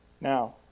Now